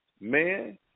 Man